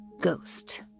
ghost